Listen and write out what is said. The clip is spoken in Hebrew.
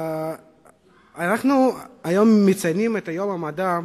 אנחנו מציינים היום את יום המדע,